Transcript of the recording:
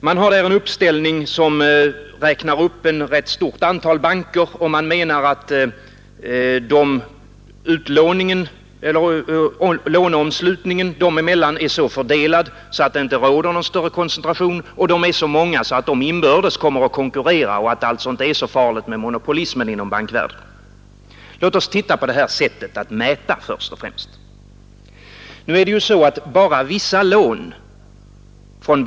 Man har där en uppställning, där ett rätt stort antal banker räknas upp. Man menar att låneomslutningen dem emellan är så fördelad att det inte råder någon större koncentration. Därtill är de så många att de inbördes kommer att konkurrera, och det är alltså inte så farligt med monopolismen inom bankvärlden. Låt oss först och främst titta på det här sättet att mäta.